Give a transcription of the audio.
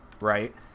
right